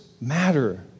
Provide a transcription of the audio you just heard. matter